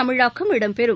தமிழாக்கம் இடம்பெறும்